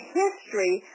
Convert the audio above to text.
history